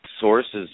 sources